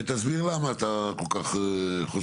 ותסביר למה אתה כל כך חושב שזה נכון.